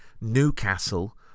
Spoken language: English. Newcastle